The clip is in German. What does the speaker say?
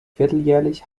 vierteljährlich